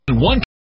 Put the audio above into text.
One